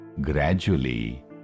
gradually